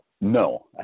no